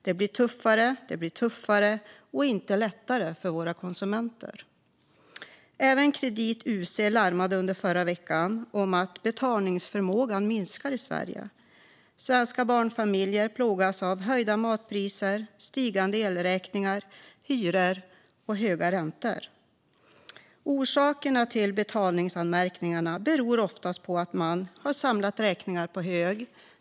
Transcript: Det blir tuffare och inte lättare för våra konsumenter. Även kreditupplysningsföretaget UC larmade under förra veckan om att betalningsförmågan minskar i Sverige. Svenska barnfamiljer plågas av höjda matpriser, stigande elräkningar och hyror och höga räntor. Betalningsanmärkningarna beror ofta på att man har samlat räkningar på hög.